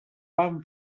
van